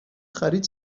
خرید